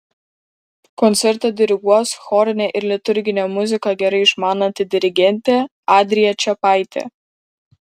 koncertą diriguos chorinę ir liturginę muziką gerai išmananti dirigentė adrija čepaitė